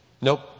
Nope